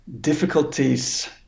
difficulties